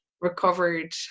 recovered